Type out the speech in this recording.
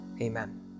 amen